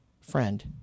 friend